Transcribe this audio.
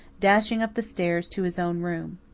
dashing up the stairs to his own room.